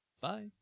Bye